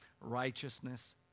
righteousness